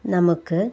നമുക്ക്